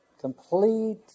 Complete